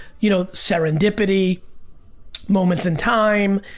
you know, serendipity moments in time,